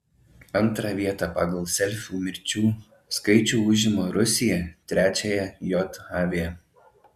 antrąją vietą pagal selfių mirčių skaičių užima rusija trečiąją jav